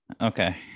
Okay